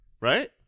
Right